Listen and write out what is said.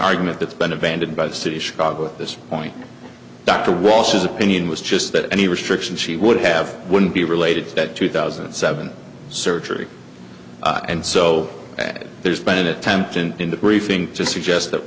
argument that's been abandoned by the city of chicago at this point dr walsh's opinion was just that any restrictions she would have wouldn't be related to that two thousand and seven surgery and so there's been an attempt in in the prefix to suggest that